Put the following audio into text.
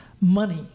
money